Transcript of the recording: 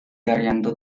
arriando